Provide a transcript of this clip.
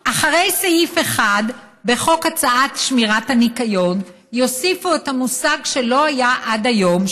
שאחרי סעיף 1 בחוק שמירת הניקיון יוסיפו את המושג שלא היה עד היום,